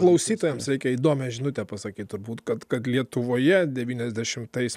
klausytojams reikia įdomią žinutę pasakyti turbūt kad kad lietuvoje devyniasdešimtais